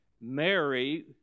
Mary